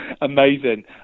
Amazing